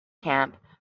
camp